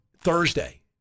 Thursday